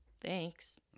thanks